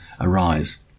arise